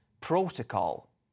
Protocol